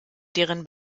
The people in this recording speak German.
deren